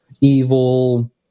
evil